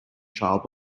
child